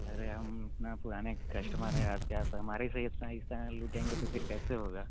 अरे हम अपना पुराने कस्टमर हैं आपके यहाँ पर क्या हमारे से ही इस तरह से लूटेंगे तो फ़िर कैसे होगा